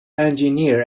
engineer